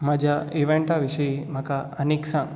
म्हज्या इव्हॅनटां विशीं म्हाका आनीक सांग